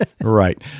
Right